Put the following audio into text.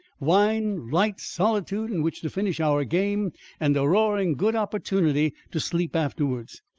wine, lights, solitude in which to finish our game and a roaring good opportunity to sleep afterwards.